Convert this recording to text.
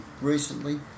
recently